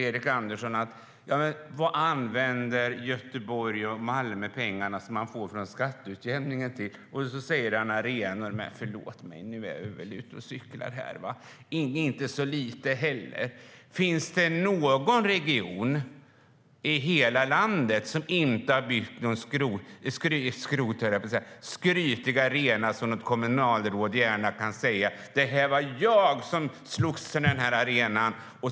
Erik Andersson frågar sig vad Göteborg och Malmö använder pengarna från skatteutjämningen till och talar om arenor. Förlåt mig, men nu är vi nog ute och cyklar, och inte så lite heller! Finns det någon region i hela landet som inte har byggt någon skrytarena - skrotarena höll jag på att säga - så att något kommunalråd gärna kan säga: Det var jag som slogs för den här arenan!